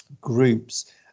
groups